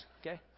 okay